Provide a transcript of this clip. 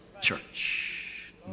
church